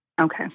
Okay